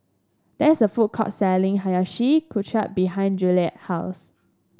there is a food court selling Hiyashi Chuka behind Juliette's house